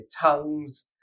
tongues